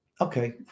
Okay